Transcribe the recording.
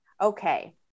okay